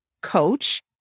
coach